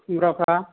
खुमब्राफ्रा